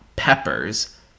peppers